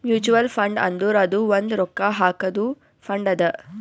mutual fund ಅಂದುರ್ ಅದು ಒಂದ್ ರೊಕ್ಕಾ ಹಾಕಾದು ಫಂಡ್ ಅದಾ